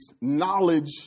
Knowledge